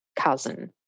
cousin